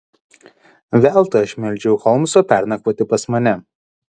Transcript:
veltui aš meldžiau holmso pernakvoti pas mane